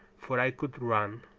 for i could run,